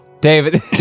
David